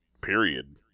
Period